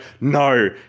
no